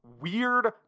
weird